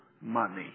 Money